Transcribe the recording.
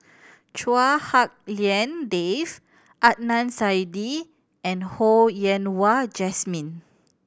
Chua Hak Lien Dave Adnan Saidi and Ho Yen Wah Jesmine